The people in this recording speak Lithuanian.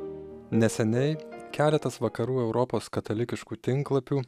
neseniai keletas vakarų europos katalikiškų tinklapių